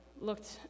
looked